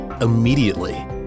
immediately